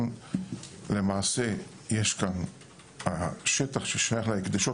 למעשה השטח ששייך להקדשות,